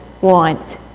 want